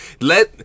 let